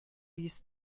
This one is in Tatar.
йөз